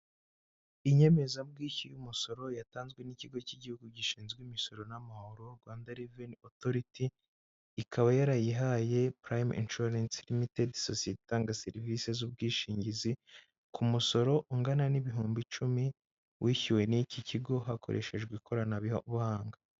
Inyemezabwishyu y' umusoro yatanzwe n'ikigo cy'igihugu gishinzwe imisoro n'amahoro Rwanda reveni otoriti, ikaba yarayihaye purayime inshuwarense sosiyeti itanga serivisi z'ubwishingizi ku musoro ungana n'ibihumbi icumi wishyuwe niki kigo hakoreshejwe ikoranabubuhanga.